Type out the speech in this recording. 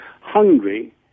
hungry